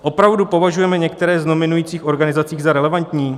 Opravdu považujeme některé z nominujících organizací za relevantní?